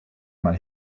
mal